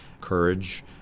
courage